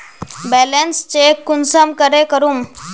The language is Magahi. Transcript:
बैलेंस चेक कुंसम करे करूम?